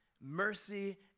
mercy